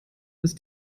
ist